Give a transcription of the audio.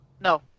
No